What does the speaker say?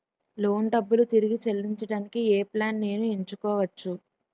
Loan డబ్బులు తిరిగి చెల్లించటానికి ఏ ప్లాన్ నేను ఎంచుకోవచ్చు?